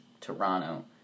Toronto